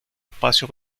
espacio